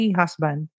husband